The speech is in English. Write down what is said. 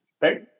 right